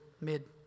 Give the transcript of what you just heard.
mid